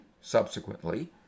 subsequently